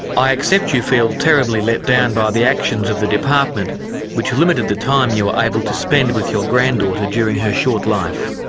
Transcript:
i accept you feel terribly let down by the actions of the department which limited the time you were able to spend with your granddaughter during her short life.